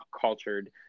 cultured